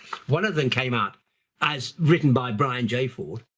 one of them came out as written by brian j. ford,